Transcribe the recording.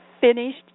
finished